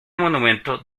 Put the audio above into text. monumento